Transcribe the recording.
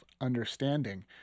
understanding